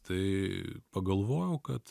tai pagalvojau kad